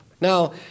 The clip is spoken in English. Now